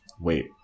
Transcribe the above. Wait